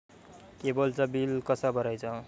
केबलचा बिल कसा भरायचा?